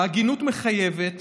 ההגינות מחייבת